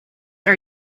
are